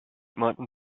martin